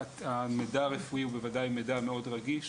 המידע הרפואי הוא בוודאי מידע מאוד רגיש